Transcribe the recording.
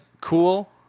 cool